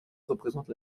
représente